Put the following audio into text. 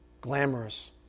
glamorous